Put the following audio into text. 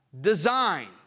design